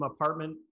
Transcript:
apartment